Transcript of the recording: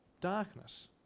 darkness